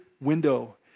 window